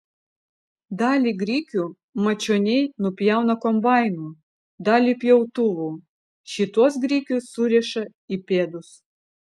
dalį grikių mačioniai nupjauna kombainu dalį pjautuvu šituos grikius suriša į pėdus